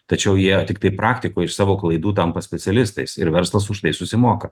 tačiau jie tiktai praktikoj iš savo klaidų tampa specialistais ir verslas už tai susimoka